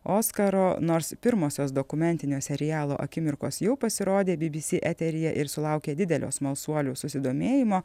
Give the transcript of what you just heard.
oskaro nors pirmosios dokumentinio serialo akimirkos jau pasirodė bbc eteryje ir sulaukė didelio smalsuolių susidomėjimo